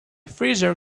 freezer